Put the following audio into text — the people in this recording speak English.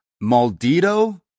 maldito